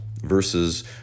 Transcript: versus